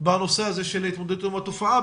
בנושא הזה של התמודדות עם התופעה,